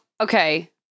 okay